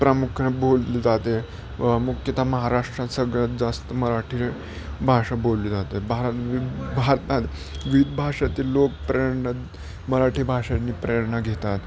प्रामुख्याने बोलली जाते व मुख्यतः महाराष्ट्रात सगळ्यात जास्त मराठी भाषा बोलली जाते भारत भारतात विविध भाषेतील लोकप्रेरणाात मराठी भाषांनी प्रेरणा घेतात